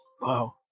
Wow